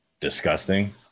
disgusting